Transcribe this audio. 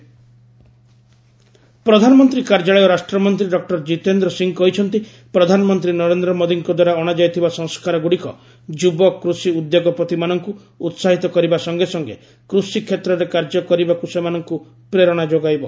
Jitendra Singh reforms ପ୍ରଧାନମନ୍ତ୍ରୀ କାର୍ଯ୍ୟାଳୟ ରାଷ୍ଟ୍ରମନ୍ତ୍ରୀ ଡକ୍ଟର ଜିତେନ୍ଦ୍ର ସିଂହ କହିଛନ୍ତି ପ୍ରଧାନମନ୍ତ୍ରୀ ନରେନ୍ଦ୍ର ମୋଦିଙ୍କ ଦ୍ୱାରା ଅଣାଯାଇଥିବା ସଂସ୍କାର ଗୁଡ଼ିକ ଯୁବ କୃଷି ଉଦ୍ୟୋଗପତିମାନଙ୍କୁ ଉହାହିତ କରିବା ସଙ୍ଗେ କୃଷି କ୍ଷେତ୍ରରେ କାର୍ଯ୍ୟ କରିବାକୁ ସେମାନଙ୍କୁ ପ୍ରେରଣା ଯୋଗାଇବ